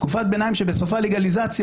תקופת בינתיים שבסופה לגליזציה.